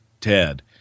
Ted